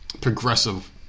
progressive